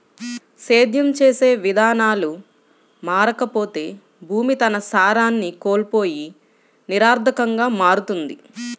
సేద్యం చేసే విధానాలు మారకపోతే భూమి తన సారాన్ని కోల్పోయి నిరర్థకంగా మారుతుంది